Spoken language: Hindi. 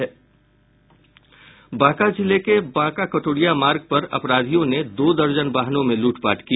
बांका जिले के बांका कटोरिया मार्ग पर अपराधियों ने दो दर्जन वाहनों में लूटपाट की